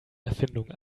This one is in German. erfindung